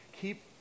Keep